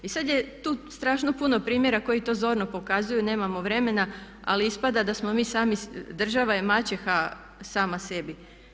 I sad je tu strašno puno primjera koji to zorno pokazuju, nemamo vremena, ali ispada da smo mi sami, država je maćeha sama sebi.